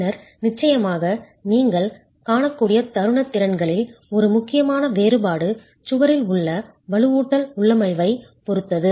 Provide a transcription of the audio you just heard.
பின்னர் நிச்சயமாக நீங்கள் காணக்கூடிய தருண திறன்களில் ஒரு முக்கியமான வேறுபாடு சுவரில் உள்ள வலுவூட்டல் உள்ளமைவைப் பொறுத்தது